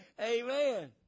amen